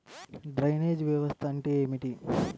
Drainage వ్యవస్థ అంటే ఏమిటి?